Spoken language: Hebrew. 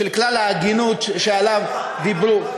של כלל ההגינות שעליו דיברו.